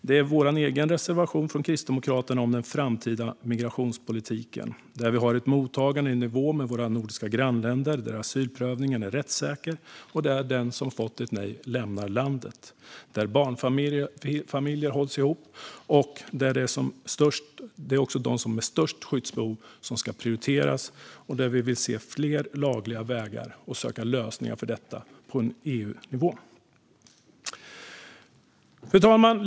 Det är vår egen reservation från Kristdemokraterna om en framtida migrationspolitik där vi har ett mottagande i nivå med våra nordiska grannländer, där asylprövningen är rättssäker och den som fått ett nej lämnar landet, där barnfamiljer hålls ihop, där de med störst skyddsbehov prioriteras och där vi skapar fler lagliga vägar in och söker lösningar för detta på EU-nivå. Fru talman!